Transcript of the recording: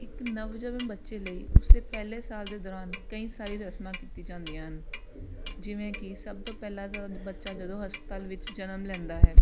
ਇਕ ਨਵਜੰਮੇ ਬੱਚੇ ਲਈ ਉਸਦੇ ਪਹਿਲੇ ਸਾਲ ਦੇ ਦੌਰਾਨ ਕਈ ਸਾਰੀ ਰਸਮਾਂ ਕੀਤੀ ਜਾਂਦੀਆਂ ਹਨ ਜਿਵੇਂ ਕਿ ਸਭ ਤੋਂ ਪਹਿਲਾਂ ਤਾਂ ਬੱਚਾ ਜਦੋਂ ਹਸਪਤਾਲ ਵਿੱਚ ਜਨਮ ਲੈਂਦਾ ਹੈ